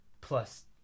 plus